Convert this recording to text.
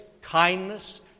kindness